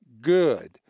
good